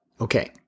Okay